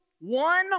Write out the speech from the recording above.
one